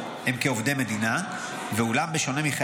זה מאוד מפריע, חברים.